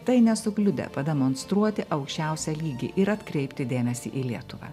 tai nesukliudė pademonstruoti aukščiausią lygį ir atkreipti dėmesį į lietuvą